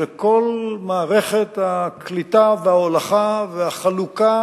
זה כל מערכת הקליטה וההולכה והחלוקה